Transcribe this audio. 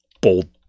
bold